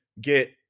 get